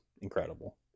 incredible